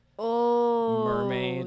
Mermaid